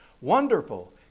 Wonderful